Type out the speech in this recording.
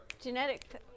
Genetic